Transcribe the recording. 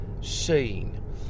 seen